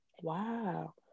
Wow